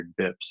bips